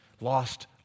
lost